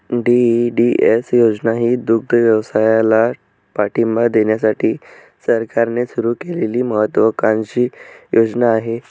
DEDS योजना ही दुग्धव्यवसायाला पाठिंबा देण्यासाठी सरकारने सुरू केलेली महत्त्वाकांक्षी योजना आहे